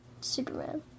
Superman